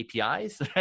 APIs